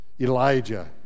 Elijah